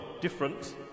different